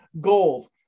goals